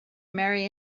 marry